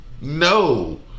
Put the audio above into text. No